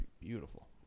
beautiful